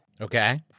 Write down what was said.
Okay